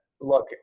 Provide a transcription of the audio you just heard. look